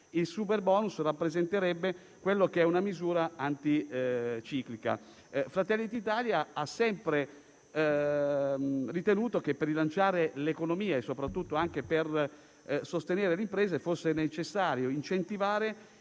il superbonus rappresenterebbe una misura anticiclica. Fratelli d'Italia ha sempre ritenuto che, per rilanciare l'economia, e soprattutto per sostenere le imprese, fosse necessario incentivare